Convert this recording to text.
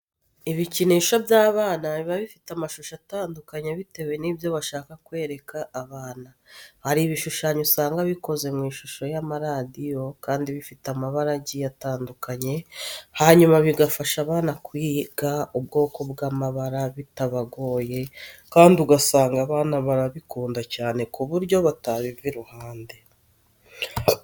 Ibikinisho by'abana biba bifite amashusho atandukanye bitewe n'ibyo bashaka kwereka abana. Hari ibishushanyo usanga bikoze mu ishusho y'amaradiyo kandi bifite amabara agiye atandukanye, hanyuma bigafasha abana kwiga ubwoko bw'amabara bitabagoye kandi ugasanga abana barabikunda cyane ku buryo batabiva iruhande.